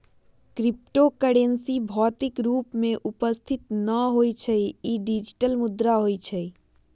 crypto currency भौतिक रूप में उपस्थित न होइ छइ इ डिजिटल मुद्रा होइ छइ